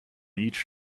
each